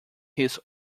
his